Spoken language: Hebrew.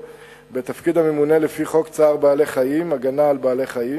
בתפקיד הממונה לפי חוק צער בעלי-חיים (הגנה על בעלי-חיים).